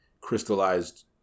crystallized